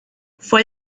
fue